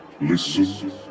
Listen